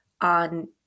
on